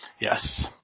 Yes